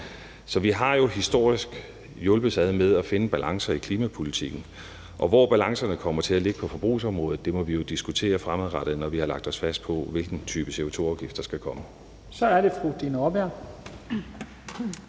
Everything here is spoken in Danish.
Så vi har jo historisk hjulpedes ad med at finde balancer i klimapolitikken. Hvor balancerne kommer til at ligge på forbrugsområdet, må vi jo diskutere fremadrettet, når vi har lagt os fast på, hvilken type CO2-afgift der skal komme. Kl. 11:59 Første